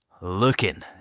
looking